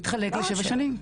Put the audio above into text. מתחלק לשבע שנים.